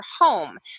home